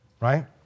right